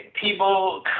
people